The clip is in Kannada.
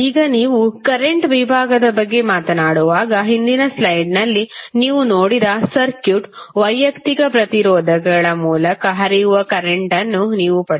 ಈಗ ನೀವು ಕರೆಂಟ್ ವಿಭಾಗದ ಬಗ್ಗೆ ಮಾತನಾಡುವಾಗ ಹಿಂದಿನ ಸ್ಲೈಡ್ನಲ್ಲಿ ನೀವು ನೋಡಿದ ಸರ್ಕ್ಯೂಟ್ ವೈಯಕ್ತಿಕ ಪ್ರತಿರೋಧಕಗಳ ಮೂಲಕ ಹರಿಯುವ ಕರೆಂಟ್ವನ್ನು ನೀವು ಪಡೆಯುತ್ತೀರಿ